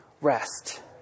rest